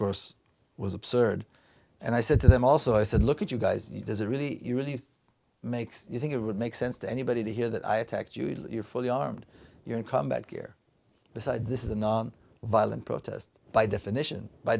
course was absurd and i said to them also i said look at you guys there's a really really makes you think it would make sense to anybody to hear that i attacked you you're fully armed you're in combat here besides this is a violent protest by definition by